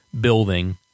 building